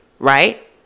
Right